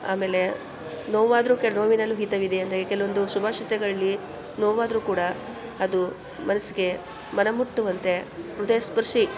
ಆಮೇಲೆ ನೋವಾದರೂ ಕೆಲ ನೋವಿನಲ್ಲೂ ಹಿತವಿದೆ ಅಂದರೆ ಕೆಲವೊಂದು ಶುಭಾಷಿತಗಳಲ್ಲಿ ನೋವಾದರೂ ಕೂಡ ಅದು ಮನಸ್ಸಿಗೆ ಮನಮುಟ್ಟುವಂತೆ ಹೃದಯಸ್ಪರ್ಶಿ